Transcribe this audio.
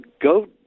go